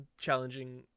challenging